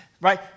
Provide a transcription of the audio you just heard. right